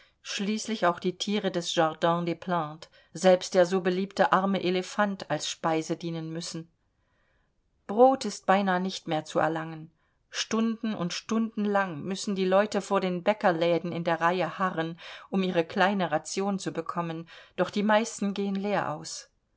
schließlich auch die tiere des jardin des plantes selbst der so beliebte arme elephant als speise dienen müssen brot ist beinah nicht mehr zu erlangen stunden und stundenlang müssen die leute vor den bäckerläden in der reihe harren um ihre kleine ration zu bekommen doch die meisten gehen leer aus